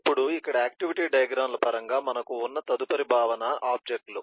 ఇప్పుడు ఇక్కడ activity diagram ల పరంగా మనకు ఉన్న తదుపరి భావన ఆబ్జెక్ట్ లు